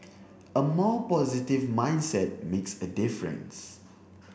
a more positive mindset makes a difference